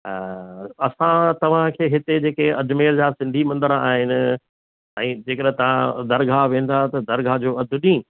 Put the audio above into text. त असां तव्हांखे हिते जेके अजमेर जा सिंधी मंदिर आहिनि ऐं जेकर तव्हां दरग़ाह वेंदा त दरगग़ाह जो अधि ॾींहुं